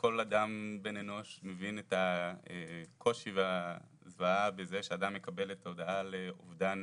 כל אדם בן אנוש מבין את הקושי והזוועה בזה שאדם מקבל את ההודעה על אובדן